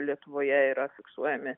lietuvoje yra fiksuojami